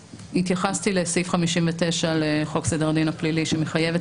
התייחסתי לסעיף 59 לחוק סדר הדין הפלילי שמחייב את